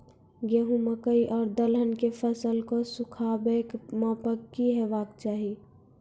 गेहूँ, मकई आर दलहन के फसलक सुखाबैक मापक की हेवाक चाही?